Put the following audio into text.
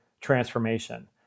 transformation